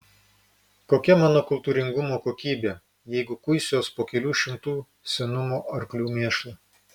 kokia mano kultūringumo kokybė jeigu kuisiuos po kelių šimtų senumo arklių mėšlą